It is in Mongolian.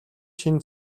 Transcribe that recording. шинэ